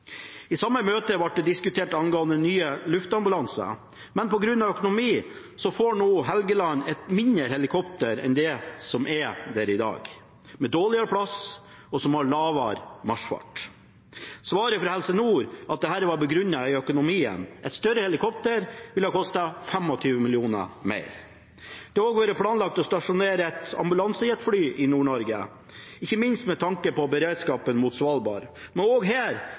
I samme møte ble nye luftambulanser diskutert. På grunn av økonomi får nå Helgeland et mindre helikopter enn det som er der i dag, med dårligere plass og lavere marsjfart. Svaret fra Helse Nord var at dette var begrunnet i økonomien. Et større helikopter ville kostet 25 mill. kr mer. Det har også vært planlagt å stasjonere et ambulansejetfly i Nord-Norge, ikke minst med tanke på beredskapen mot Svalbard. Men også her